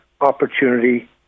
opportunity